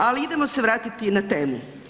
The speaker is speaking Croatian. Ali idemo se vratiti na temu.